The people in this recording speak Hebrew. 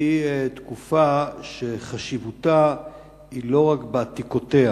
היא תקופה שחשיבותה היא לא בעתיקותיה